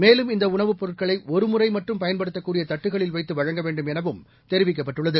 மேலும் இந்த உணவுப் பொருட்களை ஒருமுறை மட்டும் பயன்படுத்தக்கூடிய தட்டுக்களில் வைத்து வழங்க வேண்டும் எனவும் தெரிவிக்கப்பட்டுள்ளது